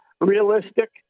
realistic